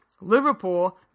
Liverpool